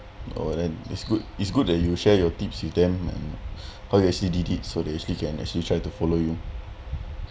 oh then it's good it's good that you share your tips with them and how did actually he did so that he actually can actually try to follow you